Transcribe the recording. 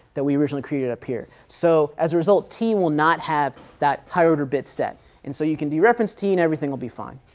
that we originally created up here. so as a result, t will not have that high order bit step and so you can dereference t and everything will be fine.